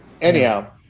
anyhow